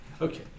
okay